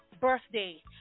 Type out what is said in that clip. birthday